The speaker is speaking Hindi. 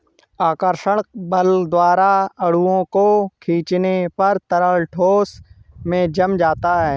आकर्षक बल द्वारा अणुओं को खीचने पर तरल ठोस में जम जाता है